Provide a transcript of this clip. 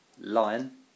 Lion